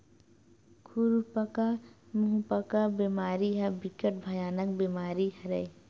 खुरपका मुंहपका बेमारी ह बिकट भयानक बेमारी हरय